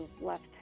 left